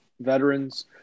veterans